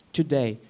today